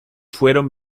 fueron